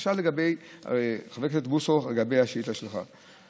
עכשיו, חבר הכנסת בוסו, לגבי השאילתה שלך.